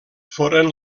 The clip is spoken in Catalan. foren